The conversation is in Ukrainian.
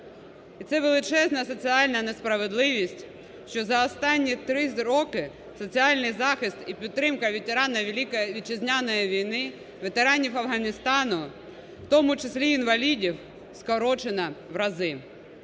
І ця величезна соціальна несправедливість, що за останні три роки соціальний захист і підтримка ветеранів Великої Вітчизняної війни, ветеранів Афганістану, в тому числі інвалідів скорочена в рази.